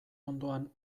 ondoan